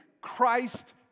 Christ